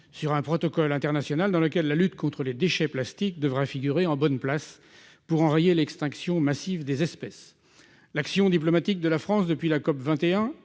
sur un protocole international dans lequel la lutte contre les déchets plastiques devra figurer en bonne place pour enrayer l'extinction massive des espèces, l'action diplomatique de la France depuis la COB 21